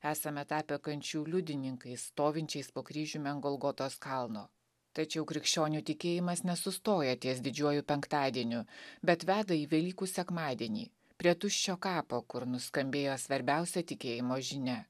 esame tapę kančių liudininkais stovinčiais po kryžiumi ant golgotos kalno tačiau krikščionių tikėjimas nesustoja ties didžiuoju penktadieniu bet veda į velykų sekmadienį prie tuščio kapo kur nuskambėjo svarbiausia tikėjimo žinia